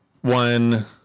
one